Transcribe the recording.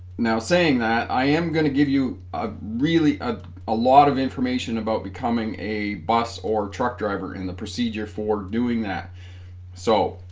now saying that i am gonna give you a really ah a lot of information about becoming a bus or truck driver and the procedure for doing that so